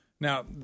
Now